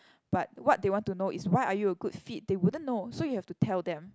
but what they want to know is why are you a good fit they wouldn't know so you have to tell them